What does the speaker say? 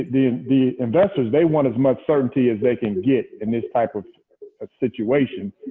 the the investors, they want as much certainty as they can get in this type of ah situation.